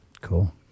Cool